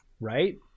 Right